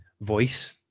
voice